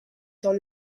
dans